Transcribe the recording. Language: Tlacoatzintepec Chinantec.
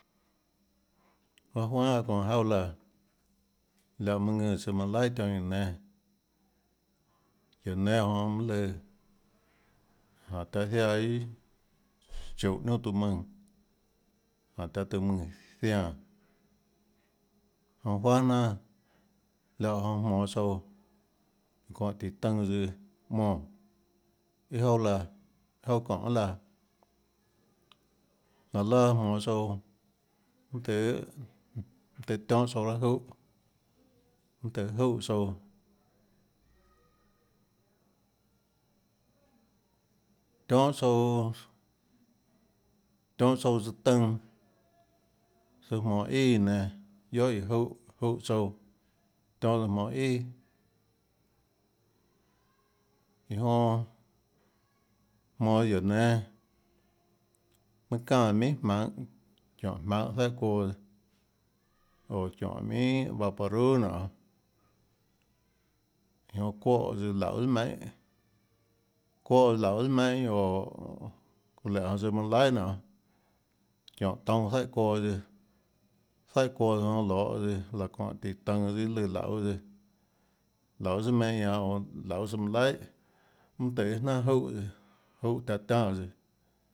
Çuaâ juanhà çonã jauà laã láh mønâ ðùnã tsøã manã laihà tsøã mønâ tionhâ guióå nénâ jonâ mùnâ lùã jánhå taã ziaã iâ choúhå niunà taã mùnã jáhå taã tøã mùnã zianè jonã juanhà jnanà láhã jonã jmonå tsouã çónhã tíã tønã tsøã monè iâ jouà laã iâ jouà çonê laã laå laã jmonå tsouã mønâ tøhê mønâ tøhê tionhâ tsouã raâ júhã mønâ tøhê júhã tsouã tionhâ tsouã tionhâ tsouã tsøã tønã søã jmonå ià iã nenã guiohà iã júhã iã júhã tsouã tionhâ tsøã jmonå ià iã jonã jmonå guióå nénâ mønâ ðánã minhà jmaønhå çiónhå jmaønhå zaíhà çuoãs å çiónhå minhà vaporu nionê iå jonã çuóhã tsøã lauê tsùà meinhâ çuóhã lauê tsùà meinhâ oå laã tsøã manã laihà nonê çiónhå toúnâ zaíhà çuoã tsøã zaíhà çuoã tsøã jonã lohå tsøã láhã çóhã tíã tønå tsøã iâ lùã lauê tsøã lauê tsùà meinhâ ñanã oã lauê søã manã laihà mønâ tøhê jnánhà júhã tsøã júhã taã tiánã tsøã.